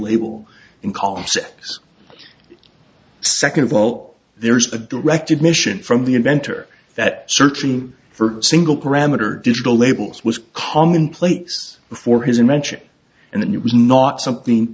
label in costa second vote there is a direct admission from the inventor that searching for single parameter digital labels was commonplace before his invention and the new it was not something